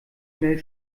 schnell